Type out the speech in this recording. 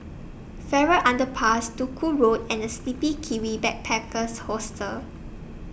Farrer Underpass Duku Road and The Sleepy Kiwi Backpackers Hostel